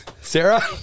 Sarah